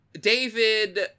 David